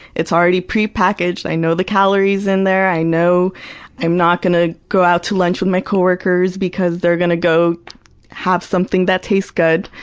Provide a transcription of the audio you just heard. it's already pre-packaged. i know the calories in there. i know i'm not gonna go out to lunch with my co-workers because they're gonna go have something that tastes good.